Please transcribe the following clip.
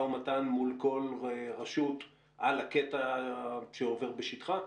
ומתן מול כל רשות על הקטע שעובר בשטחה?